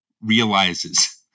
realizes